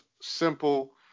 simple